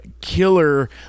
killer